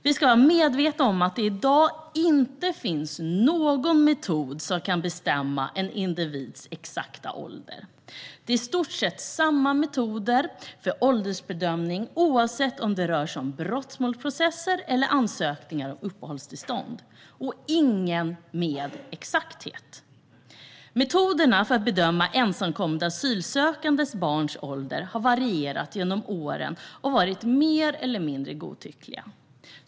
Vi ska vara medvetna om att det i dag inte finns någon metod som kan bestämma en individs exakta ålder. Det är i stort sett samma metoder för åldersbedömning oavsett om det rör sig om brottmålsprocesser eller ansökningar om uppehållstillstånd - och ingen är exakt. Metoderna för att bedöma ensamkommande asylsökande barns ålder har varierat genom åren och varit mer eller mindre godtyckliga.